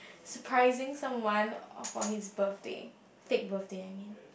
surprising someone for his birthday fake birthday I mean